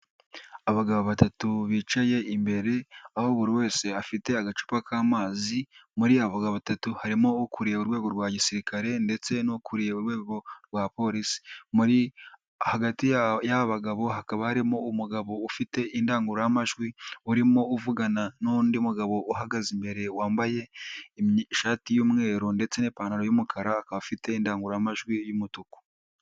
Abagabo batatu bicaye imbere, aho buri wese afite agacupa k'amazi muri abo bagabo batatu harimo ukuriye urwego rwa gisirikare ndetse n'ukuriye urwego rwa polisi. Muri hagati y'aba bagabo hakaba harimo umugabo ufite indangururamajwi, urimo uvugana n'undi mugabo uhagaze imbere wambaye ishati y'umweru ndetse n'ipantaro y'umukara, akaba afite indangururamajwi y'umutuku.